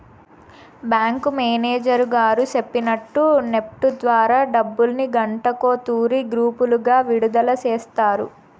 bank manager గారు సెప్పినట్టు NEFT ద్వారా డబ్బుల్ని గంటకో తూరి గ్రూపులుగా విడదల సేస్తారు